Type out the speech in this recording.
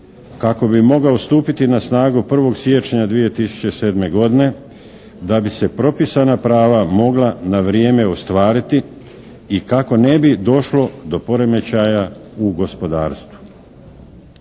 kako bi mogao stupiti na snagu 1. siječnja 2007. godine da bi se propisana prava mogla na vrijeme ostvariti i kako ne bi došlo do poremećaja u gospodarstvu.